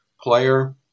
player